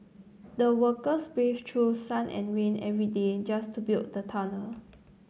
the workers braved through sun and rain every day just to build the tunnel